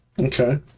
okay